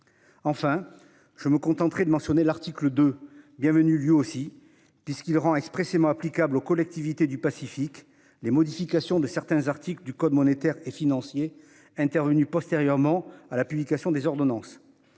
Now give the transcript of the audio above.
Enfin, je me contenterai de mentionner l'article 2, bienvenu lui aussi, puisqu'il rend expressément applicables aux collectivités du Pacifique les modifications de certains articles du code monétaire et financier intervenues postérieurement à la publication des ordonnances.